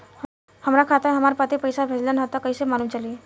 हमरा खाता में हमर पति पइसा भेजल न ह त कइसे मालूम चलि?